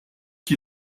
qui